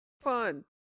Fun